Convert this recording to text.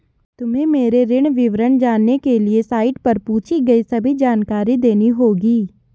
तुम्हें मेरे ऋण विवरण जानने के लिए साइट पर पूछी गई सभी जानकारी देनी होगी